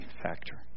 factor